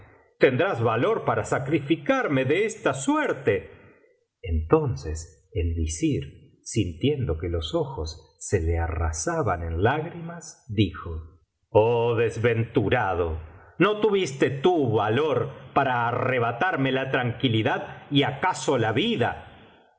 tendrás valor para sacrificarme de esta suerte entonces el visii sintiendo que los ojos se le arrasaban en lágrimas dijo oh desventurado no tuviste tú valor para arrebatarme la tranquilidad y acaso la vida